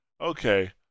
Okay